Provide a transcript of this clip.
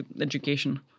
education